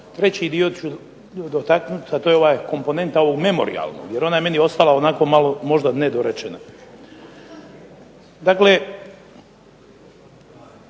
treći dio ću dotaknuti a to je komponenta ovog memorijalnog jer ona je po meni ostala onako malo nedorečena. Dakle,